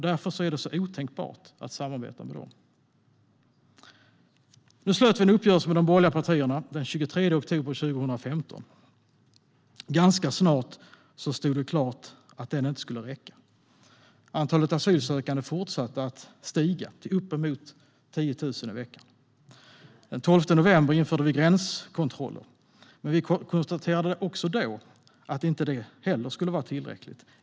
Därför är det så otänkbart att samarbeta med dem. Nu slöt regeringen en uppgörelse med de borgerliga partierna den 23 oktober 2015. Ganska snart stod det klart att den uppgörelsen inte skulle räcka. Antalet asylsökande fortsatte att stiga till uppemot 10 000 i veckan. Den 12 november införde vi gränskontroller. Men vi konstaterade då att inte heller det skulle vara tillräckligt.